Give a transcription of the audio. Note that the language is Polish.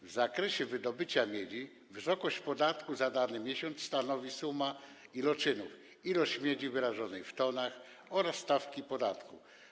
W zakresie wydobycia miedzi wysokość podatku za dany miesiąc stanowi suma iloczynu ilości miedzi wyrażonej w tonach oraz stawki podatku.